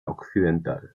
occidental